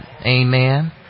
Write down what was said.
Amen